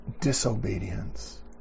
Disobedience